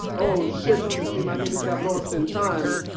oh, shit. don't tell me my niggas got lost in time.